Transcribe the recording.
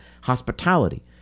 hospitality